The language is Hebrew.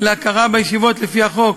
להכרה בישיבות לפי החוק